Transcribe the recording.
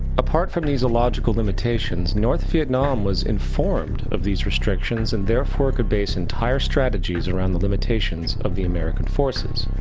apart from these illogical limitations, north vietnam was informed of these restrictions and therefore could base entire strategies around the limitations of the american forces.